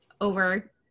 over